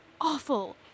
awful